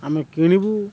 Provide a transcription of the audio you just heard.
ଆମେ କିଣିବୁ